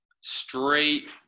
straight